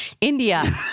India